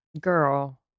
Girl